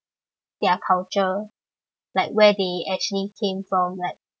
their culture like where they actually came from like